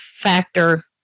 factor